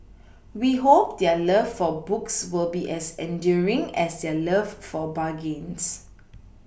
we hope their love for books will be as enduring as their love for bargains